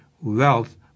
wealth